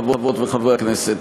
חברות וחברי הכנסת,